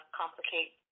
complicate